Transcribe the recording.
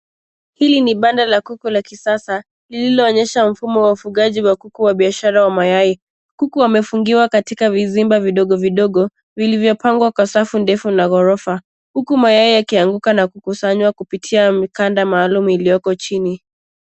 Hili ni banda la kuku la kisasa lililo onyesha mfumo wa ufugaji wa kuku wa biashara wa mayai. Kuku wamefungiwa katika vizimba vidogo vidogo vilivyo pangwa kwa safu ndefu na ghorofa huku mayai yakianguka na kukusanywa kupitia mkanda maalum ilioko chini.